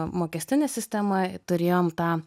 mokestinę sistemą turėjom tą